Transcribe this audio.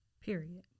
Period